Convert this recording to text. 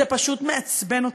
זה פשוט מעצבן אותי.